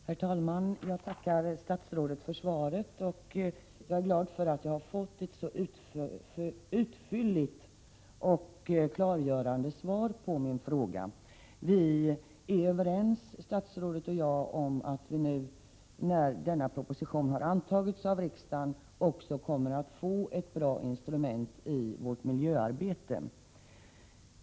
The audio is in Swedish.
Herr talman! Jag tackar statsrådet för svaret, och jag är glad att jag fick ett så utförligt och klargörande svar på min fråga. Statsrådet och jag är överens om att vi nu när denna proposition har antagits av riksdagen också kommer att få ett bra instrument i miljövårdsarbetet.